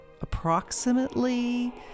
approximately